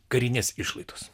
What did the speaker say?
karinės išlaidos